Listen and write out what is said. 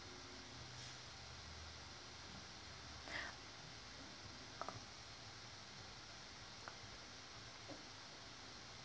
uh